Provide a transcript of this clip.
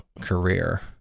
career